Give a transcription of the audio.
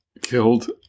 killed